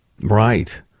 Right